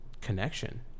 connection